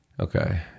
Okay